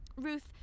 ruth